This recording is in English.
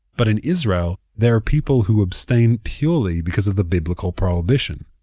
but in israel, there are people who abstain purely because of the biblical prohibition.